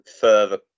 further